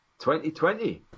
2020